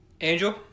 Angel